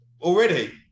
Already